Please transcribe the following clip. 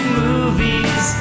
movies